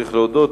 צריך להודות,